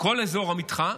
כל אזור המתחם,